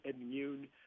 immune